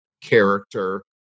character